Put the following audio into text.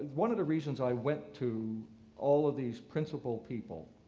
one of the reasons i went to all of these principal people,